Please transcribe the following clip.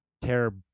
tear